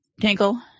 Tinkle